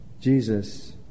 Jesus